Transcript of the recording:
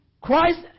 Christ